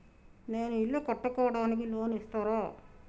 నేను ఇల్లు కట్టుకోనికి లోన్ ఇస్తరా?